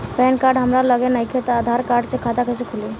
Pan card हमरा लगे नईखे त आधार कार्ड से खाता कैसे खुली?